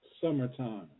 Summertime